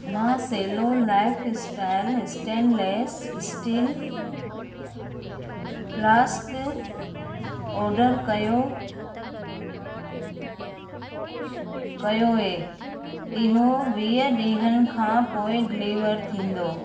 मां Cello lifestyle stainless steel flask order कयो कयो ऐं इहो वीह ॾींहंनि खां पोइ डिलीवर थींदो